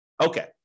Okay